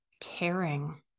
caring